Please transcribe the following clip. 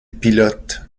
pilote